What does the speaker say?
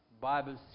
Bible